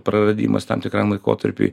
praradimas tam tikram laikotarpiui